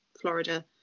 Florida